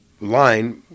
line